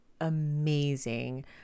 amazing